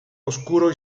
oscuro